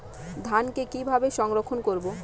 ধানকে কিভাবে সংরক্ষণ করব?